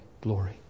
glory